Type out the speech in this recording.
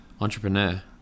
Entrepreneur